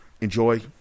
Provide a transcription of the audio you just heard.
Enjoy